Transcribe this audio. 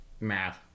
math